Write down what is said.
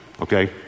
Okay